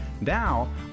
Now